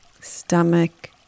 stomach